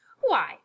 Why